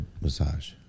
massage